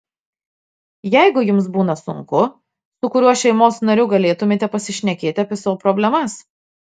jeigu jums būna sunku su kuriuo šeimos nariu galėtumėte pasišnekėti apie savo problemas